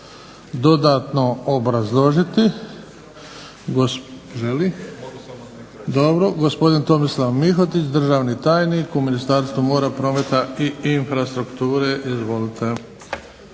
dodatno obrazložiti? Želi. Dobro. Gospodin Tomislav Mihotić, državni tajnik u Ministarstvu mora, prometa i infrastrukture. Izvolite.